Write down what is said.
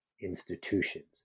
institutions